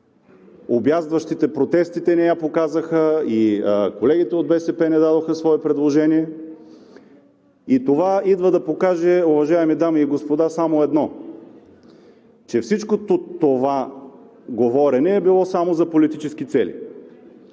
обяздващите протести не я показаха, и колегите от БСП не дадоха свое предложение. Това идва да покаже, уважаеми дами и господа, само едно, че всичкото тук – това говорене, е било само за политически цели.